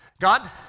God